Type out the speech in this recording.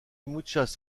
muchas